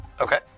Okay